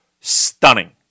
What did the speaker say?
stunning